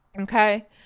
Okay